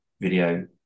video